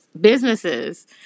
businesses